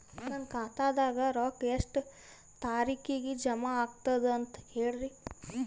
ನನ್ನ ಖಾತಾದಾಗ ರೊಕ್ಕ ಎಷ್ಟ ತಾರೀಖಿಗೆ ಜಮಾ ಆಗತದ ದ ಅಂತ ಹೇಳರಿ?